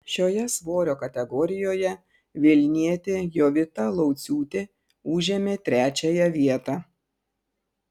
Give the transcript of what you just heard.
šioje svorio kategorijoje vilnietė jovita lauciūtė užėmė trečiąją vietą